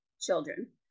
children